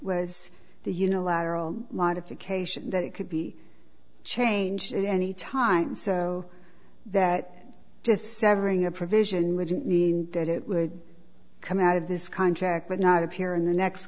the unilateral modification that it could be changed at any time so that just severing a provision wouldn't mean that it would come out of this contract but not appear in the next